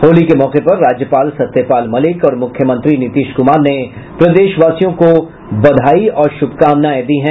होली के मौके पर राज्यपाल सत्यपाल मलिक और मुख्यमंत्री नीतीश कुमार ने प्रदेशवासियों को होली की बधाई और शुभकामनाएं दी है